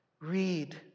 Read